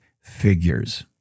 figures